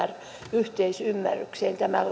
yhteisymmärrykseen tämän